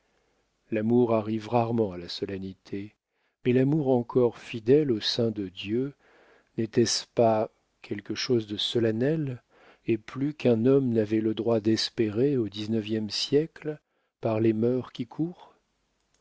l'amour arrive rarement à la solennité mais l'amour encore fidèle au sein de dieu n'était-ce pas quelque chose de solennel et plus qu'un homme n'avait le droit d'espérer au dix-neuvième siècle par les mœurs qui courent